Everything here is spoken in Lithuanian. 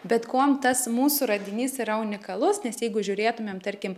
bet kuom tas mūsų radinys yra unikalus nes jeigu žiūrėtumėm tarkim